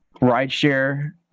rideshare